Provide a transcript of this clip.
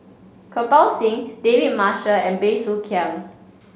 Kirpal Singh David Marshall and Bey Soo Khiang